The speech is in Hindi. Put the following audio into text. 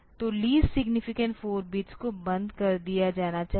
तो लीस्ट सिग्नीफिकेंट 4 बिट्स को बंद कर दिया जाना चाहिए